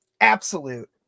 absolute